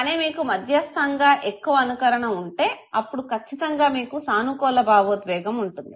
కానీ మీకు మధ్యస్థంగా ఎక్కువ అనుకరణ ఉంటే అప్పుడు కచ్చితంగా మీకు సానుకూల భావోద్వేగం ఉంటుంది